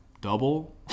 double